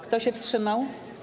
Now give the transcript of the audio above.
Kto się wstrzymał?